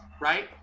Right